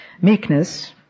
Meekness